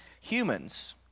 humans